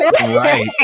right